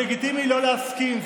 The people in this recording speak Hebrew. זה לגיטימי לא להסכים.